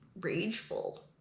rageful